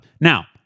Now